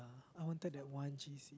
I wanted that one